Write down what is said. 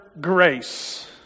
grace